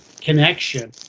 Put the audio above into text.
connection